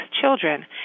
children